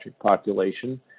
population